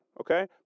Okay